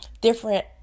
different